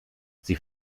sie